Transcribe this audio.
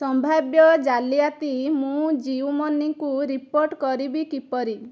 ସମ୍ଭାବ୍ୟ ଜାଲିଆତି ମୁଁ ଜିଉ ମନିକୁ ରିପୋର୍ଟ କରିବି କିପରି